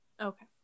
Okay